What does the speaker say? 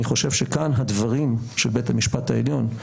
אני חושב שכאן הדברים של בית המשפט העליון,